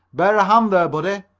bear a hand there, buddy,